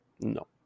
No